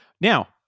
Now